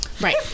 Right